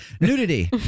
Nudity